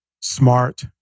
smart